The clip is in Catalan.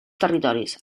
territoris